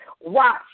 Watch